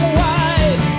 wide